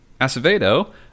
acevedo